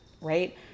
right